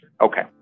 Okay